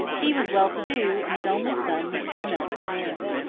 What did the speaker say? he was well-to-do, and his only son was grown up and married.